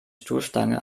stoßstange